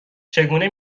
چگونه